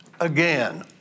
again